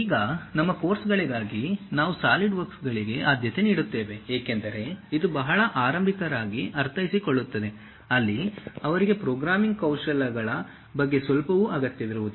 ಈಗ ನಮ್ಮ ಕೋರ್ಸ್ಗಾಗಿ ನಾವು ಸಾಲಿಡ್ವರ್ಕ್ಗಳಿಗೆ ಆದ್ಯತೆ ನೀಡುತ್ತೇವೆ ಏಕೆಂದರೆ ಇದು ಬಹಳ ಆರಂಭಿಕರಿಗಾಗಿ ಅರ್ಥೈಸಿಕೊಳ್ಳುತ್ತದೆ ಅಲ್ಲಿ ಅವರಿಗೆ ಪ್ರೋಗ್ರಾಮಿಂಗ್ ಕೌಶಲ್ಯಗಳ ಬಗ್ಗೆ ಸ್ವಲ್ಪವೂ ಅಗತ್ಯವಿರುವುದಿಲ್ಲ